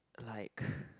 like